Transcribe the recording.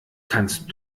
kannst